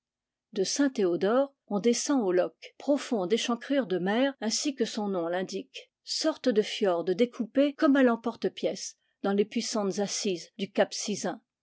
de saint théodore on descend au loc'h profonde échancrure de mer ainsi que son nom l'indique sorte de fiord découpé comme à l'emporte-pièce dans les puissantes assises du cap sizun